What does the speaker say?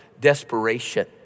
desperation